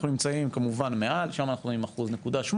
אנחנו נמצאים כמובן מעל, שם אנחנו רואים 1.8%,